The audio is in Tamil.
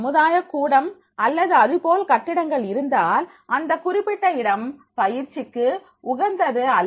சமுதாயக்கூடம் அல்லது அதுபோல் கட்டிடங்கள் இருந்தால் அந்த குறிப்பிட்ட இடம் பயிற்சிக்கு உகந்தது அல்ல